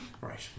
Right